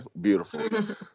beautiful